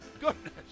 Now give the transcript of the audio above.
goodness